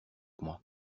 moi